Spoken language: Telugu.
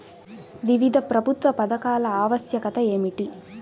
వివిధ ప్రభుత్వ పథకాల ఆవశ్యకత ఏమిటీ?